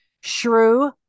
shrew